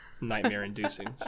nightmare-inducing